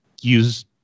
use